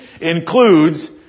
includes